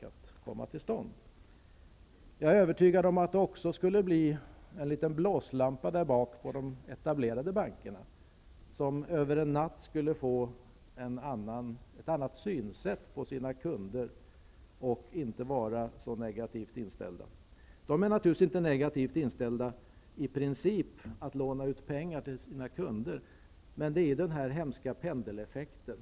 Det skulle också vara ett slags blåslampa bakom de redan etablerade bankerna, som över en natt skulle få en annan syn på sina kunder och inte skulle vara så negativt inställda. De är naturligtvis i princip inte negativt inställda till att låna ut pengar till sina kunder, men nu har vi sett den hemska pendeleffekten.